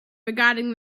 regarding